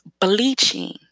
bleaching